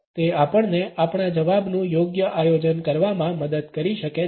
તે આપણને આપણા જવાબનું યોગ્ય આયોજન કરવામાં મદદ કરી શકે છે